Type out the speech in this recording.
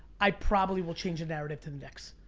i probably will change the narrative to the knicks.